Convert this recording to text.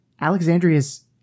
Alexandria's